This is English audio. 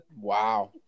Wow